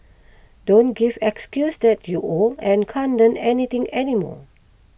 don't give excuses that you're old and can't Learn Anything anymore